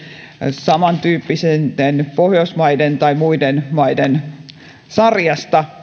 samantyyppisten maiden pohjoismaiden tai muiden sarjasta